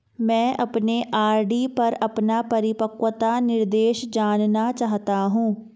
मैं अपने आर.डी पर अपना परिपक्वता निर्देश जानना चाहता हूं